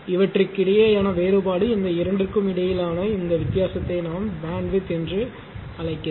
இவற்றிற்கிடையேயான வேறுபாடு இந்த இரண்டிற்கும் இடையிலான இந்த வித்தியாசத்தை நாம் பேண்ட்வித் என்று அழைக்கிறேன்